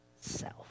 self